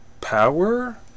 power